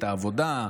את העבודה,